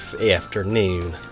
afternoon